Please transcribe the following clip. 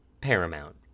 Paramount